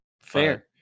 fair